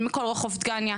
כל רחוב דגניה,